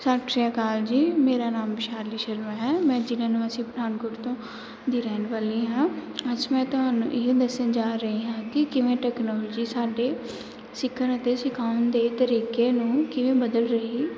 ਸਤਿ ਸ਼੍ਰੀ ਅਕਾਲ ਜੀ ਮੇਰਾ ਨਾਮ ਵਿਸ਼ਾਲੀ ਸ਼ਰਮਾ ਹੈ ਮੈਂ ਜ਼ਿਲ੍ਹਾ ਨਿਵਾਸੀ ਪਠਾਨਕੋਟ ਤੋਂ ਦੀ ਰਹਿਣ ਵਾਲੀ ਹਾਂ ਅੱਜ ਮੈਂ ਤੁਹਾਨੂੰ ਇਹ ਦੱਸਣ ਜਾ ਰਹੀ ਹਾਂ ਕਿ ਕਿਵੇਂ ਟੈਕਨੋਲੋਜੀ ਸਾਡੇ ਸਿੱਖਣ ਅਤੇ ਸਿਖਾਉਣ ਦੇ ਤਰੀਕੇ ਨੂੰ ਕਿਵੇਂ ਬਦਲ ਰਹੀ